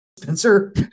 Spencer